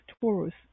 Taurus